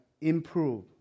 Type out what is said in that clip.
improve